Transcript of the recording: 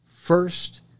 first